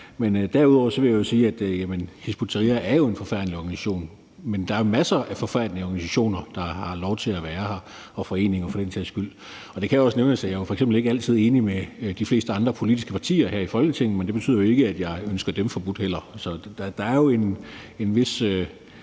mig. Derudover vil jeg sige, at Hizb ut-Tahrir jo er en forfærdelig organisation, men der er masser af forfærdelige organisationer og foreninger for den sags skyld, der har lov til at være her. Det kan også nævnes, at jeg f.eks. ikke altid er enig med de fleste andre politiske partier her i Folketinget, men det betyder jo ikke, at jeg ønsker dem forbudt heller. Så der er jo en vis